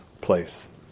place